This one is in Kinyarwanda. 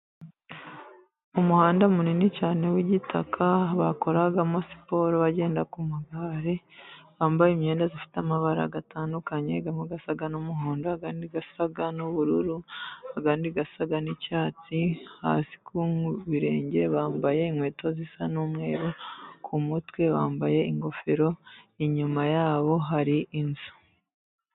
Umuhanda munini cyane w'igitaka bakoreramo siporo, bagenda ku magare bambaye imyenda ifite amabara gatandukanye, amwe asa n'umuhondo, andi asa n'ubururu, andi asa n'icyatsi. Hasi ku birenge bambaye inkweto zisa n'umweru, ku mutwe bambaye ingofero, inyuma yabo hari inzu.